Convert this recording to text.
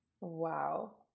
wow